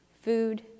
food